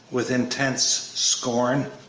with intense scorn.